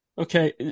Okay